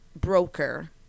broker